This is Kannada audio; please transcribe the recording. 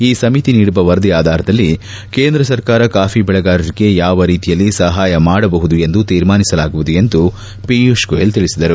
ಈ ಸಮಿತಿ ನೀಡುವ ವರದಿ ಆಧಾರದಲ್ಲಿ ಕೇಂದ್ರ ಸರ್ಕಾರ ಕಾಫಿ ಬೆಳೆಗಾರರಿಗೆ ಯಾವ ರೀತಿಯಲ್ಲಿ ಸಹಾಯ ಮಾಡಬಹುದು ಎಂದು ತೀರ್ಮಾನಿಸಲಾಗುವುದು ಎಂದು ಪಿಯೂಷ್ ಗೋಯಲ್ ತಿಳಿಸಿದರು